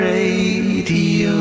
Radio